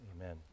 amen